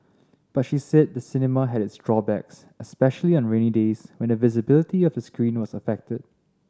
but she said the cinema had its drawbacks especially on rainy days when the visibility of the screen was affected